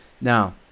Now